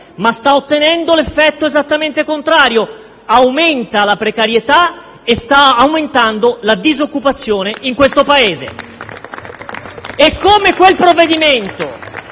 ma sta ottenendo l'effetto esattamente contrario: aumenta la precarietà e sta aumentando la disoccupazione in questo Paese. *(Applausi dai